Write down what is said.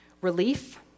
relief